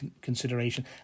consideration